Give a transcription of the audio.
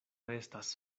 estas